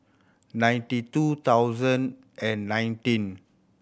ninety two thousand and nineteen